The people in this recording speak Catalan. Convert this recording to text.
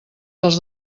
dels